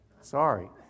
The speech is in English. Sorry